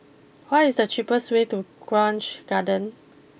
what is the cheapest way to Grange Garden